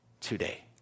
today